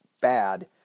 bad